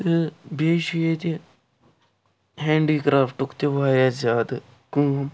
تہٕ بیٚیہِ چھُ ییٚتہِ ہینٛڈی کرٛافٹُک تہِ واریاہ زیادٕ کٲم